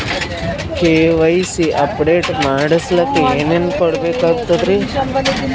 KYC update ಮಾಡಸ್ಲಕ ಏನೇನ ಕೊಡಬೇಕಾಗ್ತದ್ರಿ?